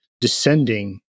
descending